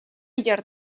llar